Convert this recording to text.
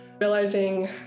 realizing